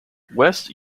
west